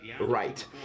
right